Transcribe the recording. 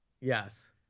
Yes